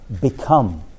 become